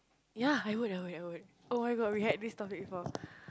ya I would I would I would oh-my-god we had this topic before